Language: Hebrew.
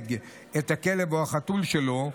שיזווג את הכלב או החתול שלו,